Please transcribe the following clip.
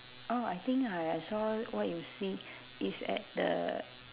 oh I think I I saw what you see is at the